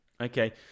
Okay